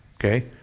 Okay